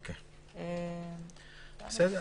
נמשיך.